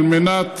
על מנת,